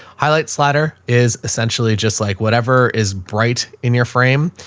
highlight slatter is essentially just like whatever is bright in your frame.